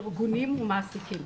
ארגונים ומעסיקים.